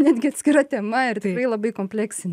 netgi atskira tema ir tikrai labai kompleksinė